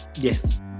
Yes